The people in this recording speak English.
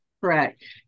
Correct